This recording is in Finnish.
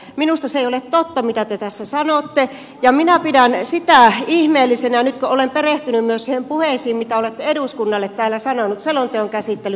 minusta se ei ole totta mitä te tässä sanotte ja minä pidän sitä ihmeellisenä nyt kun olen perehtynyt myös niihin puheisiin mitä olette eduskunnalle täällä sanonut selonteon käsittelyn yhteydessä